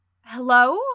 Hello